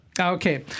Okay